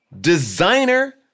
designer